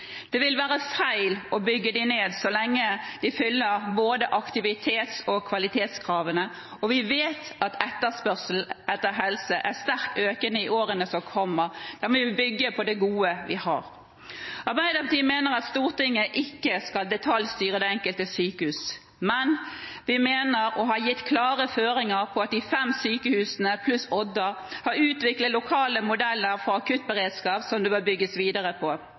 Det vil være feil å bygge dem ned så lenge de fyller både aktivitets- og kvalitetskravene. Vi vet at etterspørselen etter helsetjenester er sterkt økende i årene som kommer. Vi må bygge på det gode vi har. Arbeiderpartiet mener at Stortinget ikke skal detaljstyre det enkelte sykehus, men vi mener å ha gitt klare føringer for at de fem sykehusene pluss Odda har utviklet lokale modeller for akuttberedskap som det bør bygges videre på.